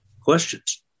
questions